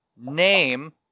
name